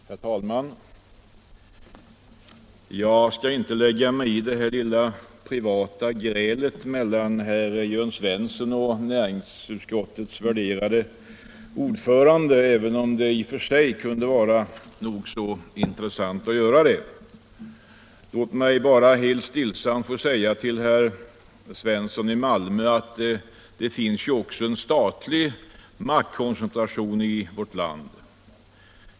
Herr talman! Jag skall inte lägga mig i det här lilla privata grälet mellan herr Jörn Svensson i Malmö och näringsutskottets värderade ordförande, även om det i och för sig kunde vara nog så intressant att göra det. Låt mig bara helt stillsamt få säga till herr Svensson i Malmö att det finns också en statlig maktkoncentration i vårt land.